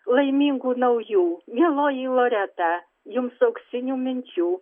laimingų naujų mieloji loreta jums auksinių minčių